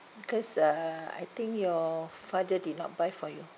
because uh I think your father did not buy for you